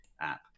app